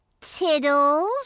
Tiddles